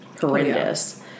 horrendous